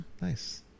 Nice